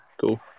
Cool